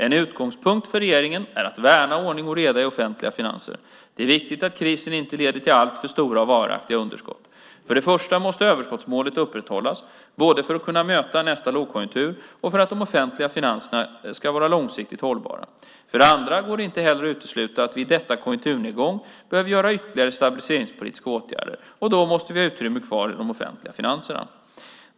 En utgångspunkt för regeringen är att värna ordning och reda i de offentliga finanserna. Det är viktigt att krisen inte leder till alltför stora och varaktiga underskott. För det första måste överskottsmålet upprätthållas, både för att kunna möta nästa lågkonjunktur och för att de offentliga finanserna ska vara långsiktigt hållbara. För det andra går det inte heller att utesluta att vi i denna konjunkturnedgång behöver vidta ytterligare stabiliseringspolitiska åtgärder, och då måste vi ha utrymme kvar i de offentliga finanserna.